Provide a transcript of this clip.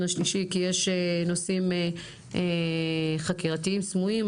השלישי כי יש נושאים חקירתיים סמויים,